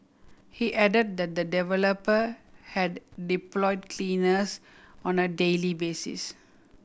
he added that the developer had deployed cleaners on a daily basis